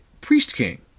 priest-king